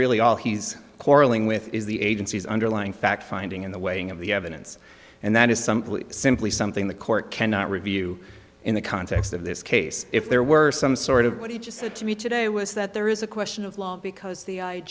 really all he's quarrelling with is the agency's underlying fact finding in the way of the evidence and that is some simply something the court cannot review in the context of this case if there were some sort of what he just said to me today was that there is a question of law because the i